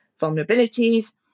vulnerabilities